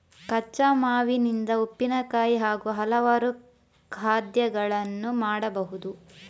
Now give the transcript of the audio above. ಕಚ್ಚಾ ಮಾವಿನಿಂದ ಉಪ್ಪಿನಕಾಯಿ ಹಾಗೂ ಹಲವಾರು ಖಾದ್ಯಗಳನ್ನು ಮಾಡಬಹುದು